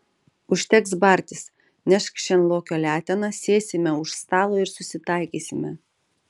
užteks bartis nešk šen lokio leteną sėsime už stalo ir susitaikysime